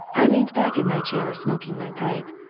i leaned back in my chair, smoking my pipe.